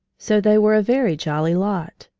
so they were a very jolly lot,